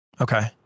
Okay